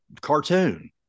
cartoon